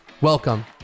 Welcome